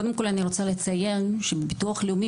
קודם כל אני רוצה לציין שביטוח לאומי